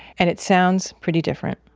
and it sounds pretty different.